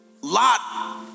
Lot